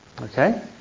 Okay